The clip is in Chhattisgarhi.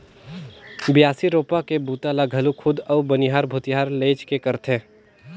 बियासी, रोपा के बूता ल घलो खुद अउ बनिहार भूथिहार लेइज के करथे